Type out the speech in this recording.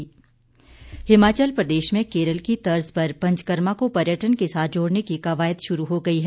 एक भारत श्रेष्ठ भारत हिमाचल प्रदेश में केरल की तर्ज पर पंचकर्मा को पर्यटन के साथ जोड़ने की कवायद शुरू हो गई है